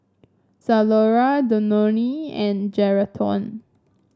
Zalora Danone and Geraldton